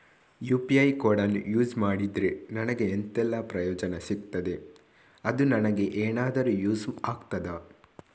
UPI ಕೋಡನ್ನು use ಮಾಡಿದ್ರೆ ನನಗೆ ಎಂಥೆಲ್ಲಾ ಪ್ರಯೋಜನ ಸಿಗ್ತದೆ, ಅದು ನನಗೆ ಎನಾದರೂ ಯೂಸ್ ಆಗ್ತದಾ?